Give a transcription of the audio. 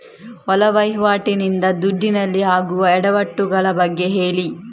ಒಳ ವಹಿವಾಟಿ ನಿಂದ ದುಡ್ಡಿನಲ್ಲಿ ಆಗುವ ಎಡವಟ್ಟು ಗಳ ಬಗ್ಗೆ ಹೇಳಿ